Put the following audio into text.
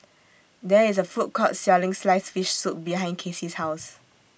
There IS A Food Court Selling Sliced Fish Soup behind Kasey's House